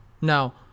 Now